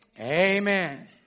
Amen